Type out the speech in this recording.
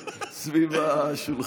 סביב השולחן.